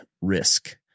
risk